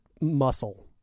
muscle